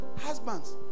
husbands